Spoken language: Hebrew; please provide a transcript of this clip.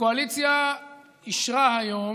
הקואליציה אישרה היום,